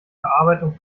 verarbeitung